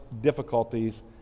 difficulties